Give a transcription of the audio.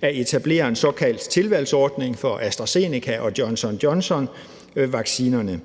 at etablere en såkaldt tilvalgsordning for AstraZeneca- og Johnson & Johnson-vaccinerne.